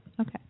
Okay